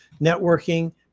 networking